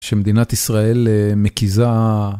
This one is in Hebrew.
שמדינת ישראל מקיזה...